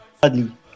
badly